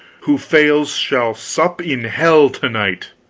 who fails shall sup in hell to-night!